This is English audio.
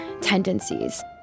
tendencies